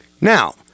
now